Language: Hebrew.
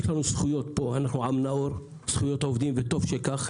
אנחנו נותנים זכויות לעובדים הזרים וטוב שכך,